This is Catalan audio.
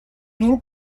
nul